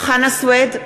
חנא סוייד,